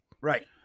Right